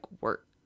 work